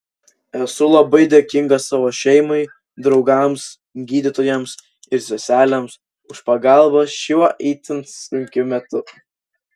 esu labai dėkinga savo šeimai draugams gydytojams ir seselėms už pagalbą šiuo itin sunkiu metu